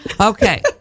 Okay